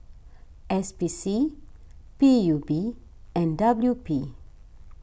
S P C P U B and W P